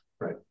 Right